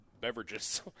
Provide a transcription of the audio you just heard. beverages